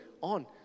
on